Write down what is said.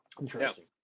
Interesting